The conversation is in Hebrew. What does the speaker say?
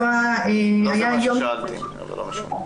לא זה מה ששאלתי, אבל לא משנה.